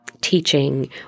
teaching